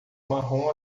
marrom